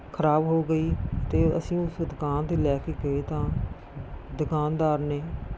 ਖਰਾਬ ਹੋ ਗਈ ਅਤੇ ਅਸੀਂ ਉਸ ਦੁਕਾਨ 'ਤੇ ਲੈ ਕੇ ਗਏ ਤਾਂ ਦੁਕਾਨਦਾਰ ਨੇ